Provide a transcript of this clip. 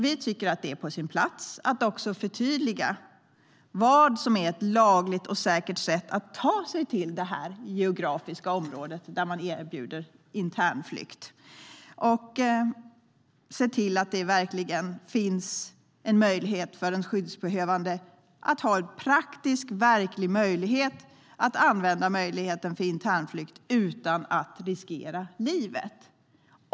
Vi tycker att det är på sin plats att också förtydliga vad som är ett lagligt och säkert sätt att ta sig till det geografiska område där man erbjuder internflykt. Man ska också se till att det verkligen finns en reell möjlighet för den skyddsbehövande att göra en internflykt utan att riskera livet.